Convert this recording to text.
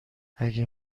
اگه